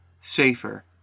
safer